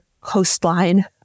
coastline